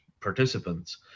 participants